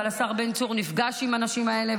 אבל השר בן צור נפגש עם הנשים האלה,